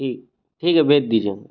ठीक है ठीक है भेज दीजिए